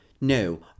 No